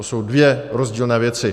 To jsou dvě rozdílné věci.